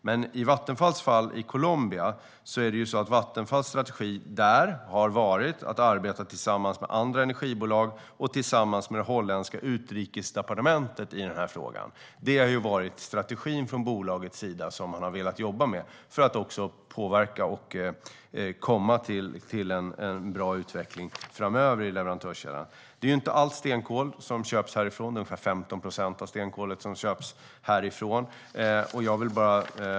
Men Vattenfalls strategi i Colombia har varit att arbeta tillsammans med andra energibolag och tillsammans med det holländska utrikesdepartementet i denna fråga. Det har varit strategin som bolaget har velat jobba med för att också påverka och få en bra utveckling framöver i leverantörskedjan. Det är inte allt stenkol som köps därifrån - det är ungefär 15 procent.